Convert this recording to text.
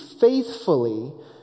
faithfully